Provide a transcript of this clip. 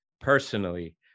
personally